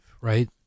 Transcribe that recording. right